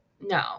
no